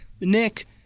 Nick